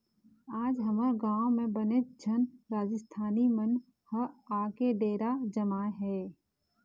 आज हमर गाँव म बनेच झन राजिस्थानी मन ह आके डेरा जमाए हे